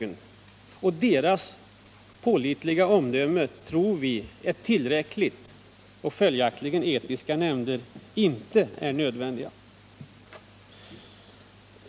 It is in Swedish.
Vi tror att deras pålitliga omdöme är tillräckligt och att etiska nämnder följaktligen inte är nödvändiga.